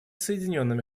соединенными